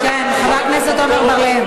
חבר הכנסת עמר בר-לב.